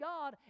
God